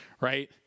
right